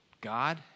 God